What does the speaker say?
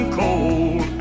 cold